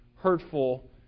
hurtful